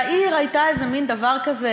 והעיר הייתה איזה מין דבר כזה